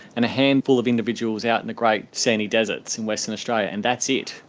and a handful of individuals out in the great sandy deserts in western australia, and that's it.